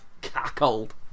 cackled